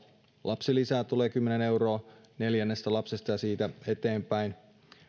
lapsilisää tulee kymmenen euroa neljännestä lapsesta ja siitä eteenpäin ja